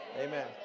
Amen